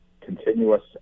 continuous